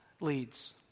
leads